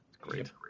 Great